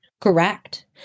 Correct